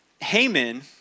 Haman